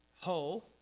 ho